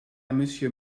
monsieur